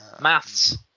Maths